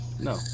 no